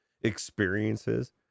experiences